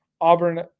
Auburn